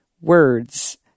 words